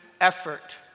effort